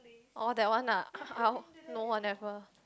orh that one ah no I never